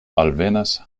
alvenas